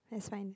that's fine